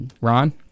ron